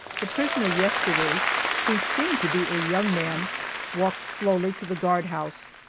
the prisoner yesterday who seemed to be a young man walked slowly to the guardhouse,